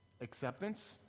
Acceptance